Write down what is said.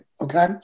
okay